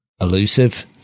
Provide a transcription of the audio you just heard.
elusive